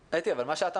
אתי, 1.